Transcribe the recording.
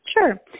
sure